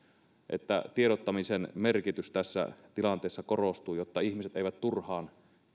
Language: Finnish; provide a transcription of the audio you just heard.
että tiedottamisen merkitys tässä tilanteessa korostuu jotta ihmiset eivät turhaan